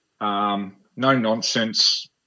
no-nonsense